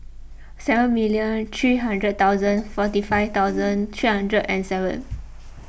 seven million three hundred thousand forty five thousand three hundred and seven